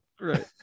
right